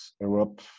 Europe